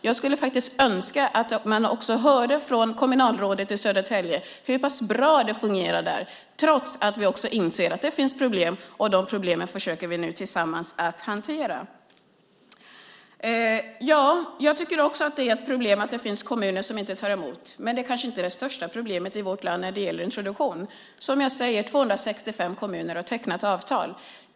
Jag skulle önska att man också hörde från kommunalrådet i Södertälje hur pass bra det fungerar där trots att vi också inser att det finns problem. De problemen försöker vi nu tillsammans att hantera. Jag tycker också att det är ett problem att det finns kommuner som inte tar emot. Men det är kanske inte det största problemet i vårt land när det gäller introduktion. Som jag sade har 265 kommuner tecknat avtal.